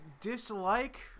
dislike –